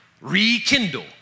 Rekindle